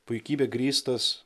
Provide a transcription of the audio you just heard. puikybe grįstas